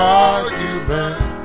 argument